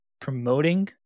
promoting